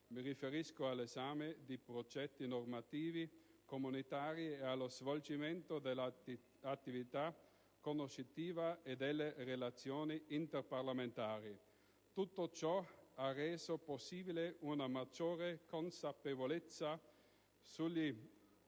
Mi riferisco all'esame di progetti normativi comunitari e allo svolgimento dell'attività conoscitiva e delle relazioni interparlamentari. Tutto ciò ha reso possibile una maggiore consapevolezza sugli